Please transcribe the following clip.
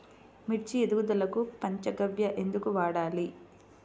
మిర్చి ఎదుగుదలకు పంచ గవ్య ఎందుకు వాడాలి?